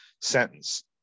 sentence